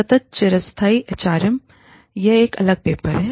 सतत चिरस्थायी एचआरएम यह एक अलग पेपर है